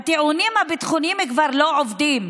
הטיעונים הביטחוניים כבר לא עובדים,